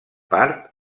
part